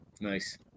nice